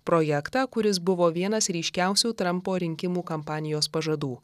projektą kuris buvo vienas ryškiausių trampo rinkimų kampanijos pažadų